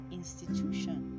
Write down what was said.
institution